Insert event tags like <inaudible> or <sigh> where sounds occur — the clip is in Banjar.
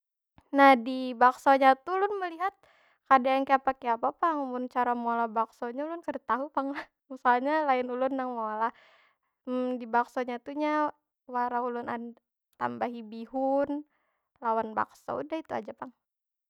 Nah, di baksonya tu ulun melihat kada yang kaya pakai apa pang. Mun cara meolah baksonya ulun kada tahu pang lah. <laughs> Soalnya lain ulun nang meolah. <hesitation> di baksonya tu nya wara ulun tambahi bihun, lawan bakso. udah itu aja pang.